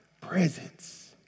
presence